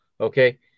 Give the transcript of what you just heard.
Okay